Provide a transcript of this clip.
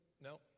no